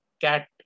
CAT